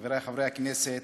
חברי חברי הכנסת,